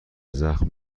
زخم